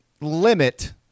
limit